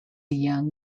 young